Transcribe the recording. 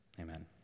Amen